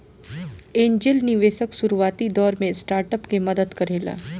angel निवेशक शुरुआती दौर में स्टार्टअप के मदद करेला